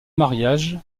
mariage